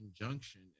injunction